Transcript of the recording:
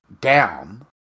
down